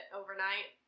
overnight